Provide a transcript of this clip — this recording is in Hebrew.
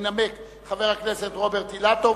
ינמק חבר הכנסת רוברט אילטוב,